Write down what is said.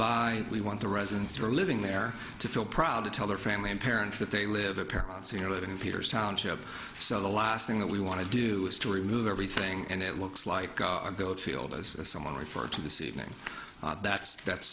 by we want the residents who are living there to feel proud to tell their family and parents that they live their parents you know living in peter's township so the last thing that we want to do is to remove everything and it looks like our built field as someone referred to this evening that's that's